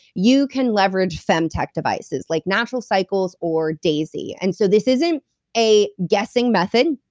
you can leverage femtech devices, like natural cycles or daysy and so this isn't a guessing method.